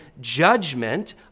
judgment